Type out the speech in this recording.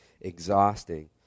exhausting